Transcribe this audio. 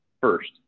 first